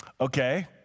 Okay